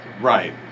Right